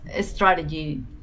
strategy